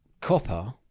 copper